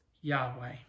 Yahweh